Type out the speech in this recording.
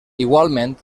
igualment